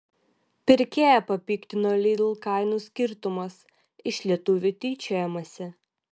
pirkėją papiktino lidl kainų skirtumas iš lietuvių tyčiojamasi